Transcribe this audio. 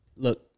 Look